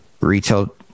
retail